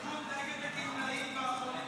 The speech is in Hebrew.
הליכוד נגד הגמלאים והחולים הסיעודיים.